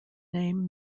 name